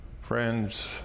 Friends